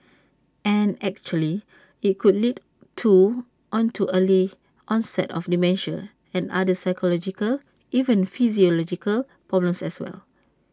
and actually IT could lead to on to early onset of dementia and other psychological even physiological problems as well